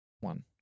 one